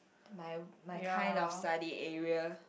my my kind of study area